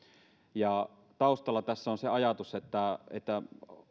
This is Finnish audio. taustalla tässä on se ajatus että että